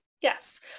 Yes